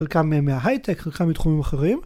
חלקם מההייטק, חלקם מתחומים אחרים